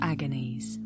Agonies